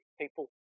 people